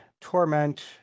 torment